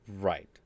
Right